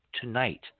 tonight